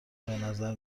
بنظر